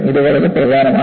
ഇത് വളരെ പ്രധാനമാണ്